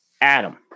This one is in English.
Adam